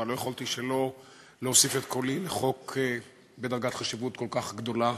אבל לא יכולתי שלא להוסיף את קולי לחוק בדרגת חשיבות כל כך גדולה.